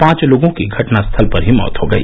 पांच लोगों की घटना स्थल पर ही मौत हो गई